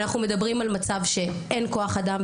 אנחנו מדברים על מצב שאין כוח אדם,